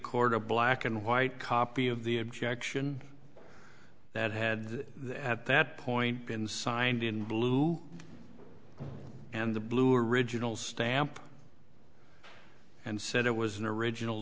a black and white copy of the objection that had at that point been signed in blue and the blue original stamp and said it was an original